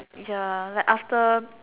ya like after